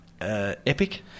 Epic